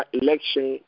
election